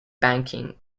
banking